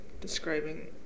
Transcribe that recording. describing